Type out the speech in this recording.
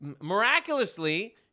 miraculously